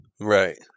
Right